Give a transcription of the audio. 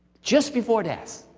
just before death.